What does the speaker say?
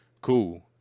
cool